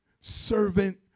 servant